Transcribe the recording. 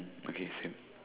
okay same